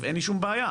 אין לי שום בעיה,